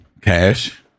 Cash